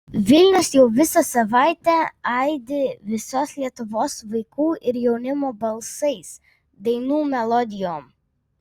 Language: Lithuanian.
vilnius jau visą savaitę aidi visos lietuvos vaikų ir jaunimo balsais dainų melodijom